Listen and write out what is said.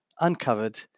uncovered